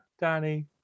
Danny